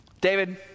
David